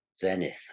zenith